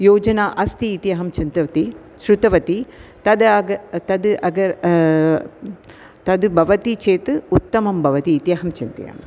योजना अस्ति इति अहं चिन्तितवती शृतवती तद् आग तद् अग तद् भवति चेत् उत्तमं भवति इति अहं चिन्तयामि